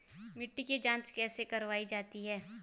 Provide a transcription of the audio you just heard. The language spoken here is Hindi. मिट्टी की जाँच कैसे करवायी जाती है?